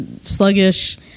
sluggish